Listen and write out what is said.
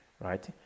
right